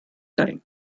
time